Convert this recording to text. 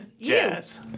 jazz